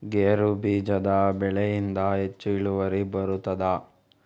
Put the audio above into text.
ಗೇರು ಬೀಜದ ಬೆಳೆಯಿಂದ ಹೆಚ್ಚು ಇಳುವರಿ ಬರುತ್ತದಾ?